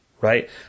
Right